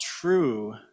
true